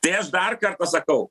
tai aš dar kartą sakau